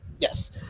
Yes